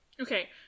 Okay